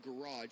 garage